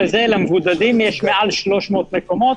למבודדים יש מעל 300 מקומות,